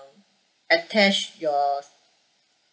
attach your